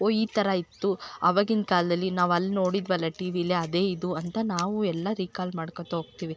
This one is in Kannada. ಓ ಈ ಥರ ಇತ್ತು ಅವಾಗಿನ ಕಾಲದಲ್ಲಿ ನಾವು ಅಲ್ಲಿ ನೋಡಿದ್ವಲ್ಲ ಟೀ ವಿಲಿ ಅದೇ ಇದು ಅಂತ ನಾವು ಎಲ್ಲ ರಿಕಾಲ್ ಮಾಡ್ಕೊಂತ ಹೋಗ್ತೀವಿ